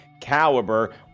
caliber